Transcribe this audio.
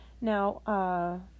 Now